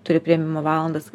turi priėmimo valandas